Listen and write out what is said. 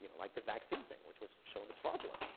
like the vaccine thing, which was shown as fraudulent.